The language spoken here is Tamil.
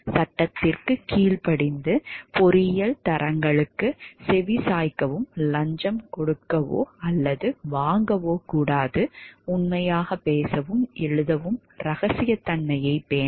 சட்டத்திற்குக் கீழ்ப்படிந்து பொறியியல் தரங்களுக்குச் செவிசாய்க்கவும் லஞ்சம் கொடுக்கவோ அல்லது வாங்கவோ கூடாது உண்மையாகப் பேசவும் எழுதவும் ரகசியத்தன்மையைப் பேணவும்